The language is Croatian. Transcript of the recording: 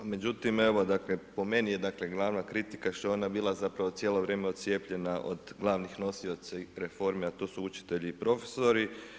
Međutim, evo dakle po meni je dakle glavna kritika što je ona bila zapravo cijelo vrijeme odcjepljenja od glavnih nosioca reforme, a to su učitelji i profesori.